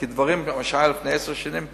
כי מה שהיה לפני עשר שנים,